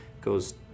goes